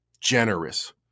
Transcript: generous